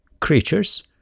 creatures